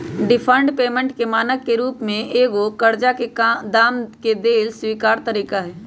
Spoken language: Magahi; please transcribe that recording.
डिफर्ड पेमेंट के मानक के रूप में एगो करजा के दाम के लेल स्वीकार तरिका हइ